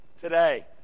today